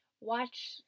Watch